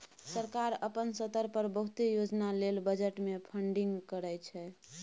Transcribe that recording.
सरकार अपना स्तर पर बहुते योजना लेल बजट से फंडिंग करइ छइ